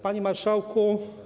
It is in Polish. Panie Marszałku!